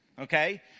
Okay